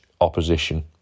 opposition